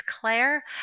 Claire